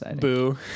boo